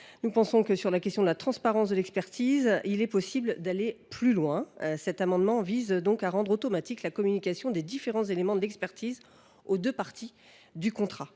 les sinistrés. Sur la question de la transparence de l’expertise, il est possible d’aller plus loin. Cet amendement vise donc à rendre automatique la communication des différents éléments de l’expertise aux deux parties du contrat.